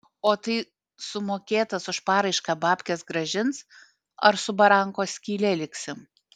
o tai sumokėtas už paraišką babkes grąžins ar su barankos skyle liksim